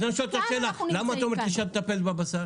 אז אני שואל אותך שאלה: למה את אומרת שאת מטפלת בבשר?